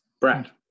Brad